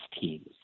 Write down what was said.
teams